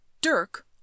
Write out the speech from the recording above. Dirk